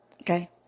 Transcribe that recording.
okay